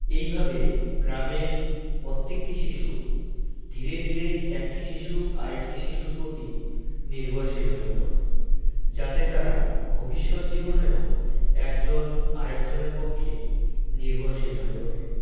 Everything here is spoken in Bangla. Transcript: এইভাবে গ্রামের প্রত্যেকটি শিশু ধীরে ধীরে একটি শিশু আরেকটি শিশুর প্রতি নির্ভরশীল হয়ে পড়ে যাতে তারা ভবিষ্যৎ জীবনেও একজন আরেকজনের পক্ষে নির্ভরশীল হয়ে ওঠে